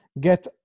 get